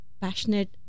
passionate